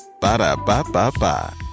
Ba-da-ba-ba-ba